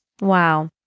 Wow